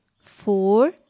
four